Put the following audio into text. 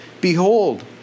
Behold